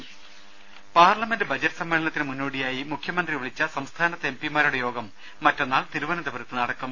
ദേദ parliament budget സമ്മേളത്തിന് മുന്നോടിയായി മുഖ്യമന്ത്രി വിളിച്ച സംസ്ഥാനത്തെ എം പിമാരുടെ യോഗം മറ്റന്നാൾ തിരുവനന്തപുരത്ത് നടക്കും